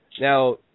now